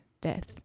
death